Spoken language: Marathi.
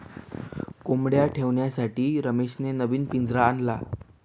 कोंबडया ठेवण्यासाठी रमेशने नवीन पिंजरा आणला